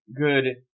good